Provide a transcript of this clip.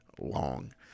long